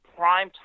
primetime